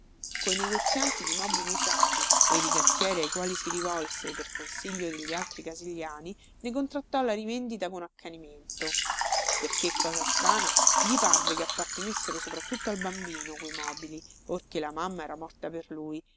coi negozianti di mobili usati e i rigattieri ai quali si rivolse per consiglio degli altri casigliani ne contrattò la rivendita con accanimento perché cosa strana gli parve che appartenessero sopratutto al bambino quei mobili or che la mamma era morta per lui